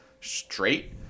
straight